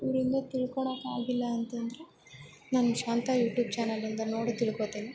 ಊರಿಂದ ತಿಳ್ಕೊಳಕ್ಕಾಗಿಲ್ಲ ಅಂತಂದರೆ ನಾನ್ ಶಾಂತ ಯೂಟ್ಯೂಬ್ ಚಾನೆಲ್ ಇಂದ ನೋಡಿ ತಿಳ್ಕೋತಿನಿ